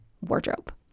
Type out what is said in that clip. wardrobe